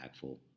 impactful